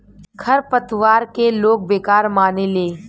खर पतवार के लोग बेकार मानेले